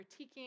critiquing